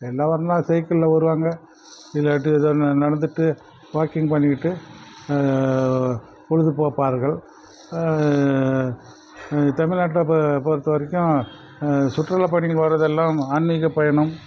எல்லாம் வரன்னா சைக்கிளில் வருவாங்க இல்லாட்டி நடந்துகிட்டு வாக்கிங் பண்ணிகிட்டு பொழுது போப்பார்கள் தமிழ் நாட்டை பொறுத்தவரைக்கும் சுற்றுலா பயணிகள் வரதெல்லாம் ஆன்மீக பயணம்